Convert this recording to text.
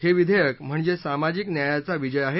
हे विधेयक म्हणजे सामाजिक न्यायाचा विजय आहे